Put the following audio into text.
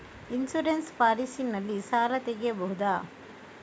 Insurance policy ನಲ್ಲಿ ಸಾಲ ತೆಗೆಯಬಹುದ?